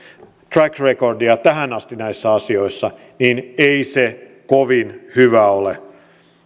track recordia tähän asti näissä asioissa niin ei se kovin hyvä ole